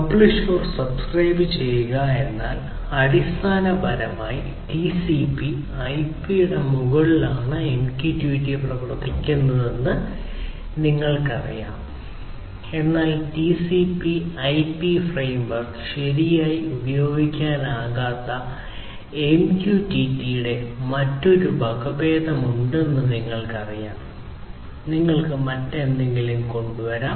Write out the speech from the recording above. പബ്ലിഷ്സബ്സ്ക്രൈബുചെയ്യുക എന്നാൽ അടിസ്ഥാനപരമായി ടിസിപിഐപിയുടെ മുകളിലാണ് MQTT പ്രവർത്തിക്കുന്നതെന്ന് നിങ്ങൾക്കറിയാം എന്നാൽ നിങ്ങൾക്ക് TCPIP ഫ്രെയിംവർക്ക് ശരിയായി ഉപയോഗിക്കാനാകാത്ത MQTT യുടെ മറ്റൊരു വകഭേദം ഉണ്ടെന്ന് നിങ്ങൾക്കറിയാം നിങ്ങൾക്ക് മറ്റെന്തെങ്കിലും കൊണ്ടുവരാം